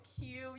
cute